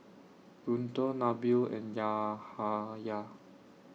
Guntur Nabil and Yahaya